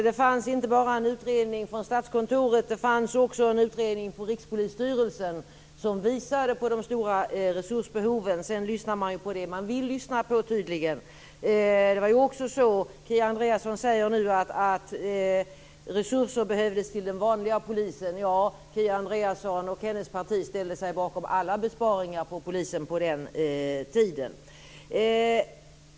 Fru talman! Först ett litet påpekande. Det fanns inte bara en utredning, den från Statskontoret. Det fanns också en utredning från Rikspolisstyrelsen som visade på de stora resursbehoven. Sedan lyssnar man tydligen på det man vill lyssna på. Kia Andreasson säger att resurser behövdes till den vanliga polisen. Ja, Kia Andersson och hennes parti ställde sig bakom alla besparingar på polisen på den tiden.